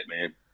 man